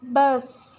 bus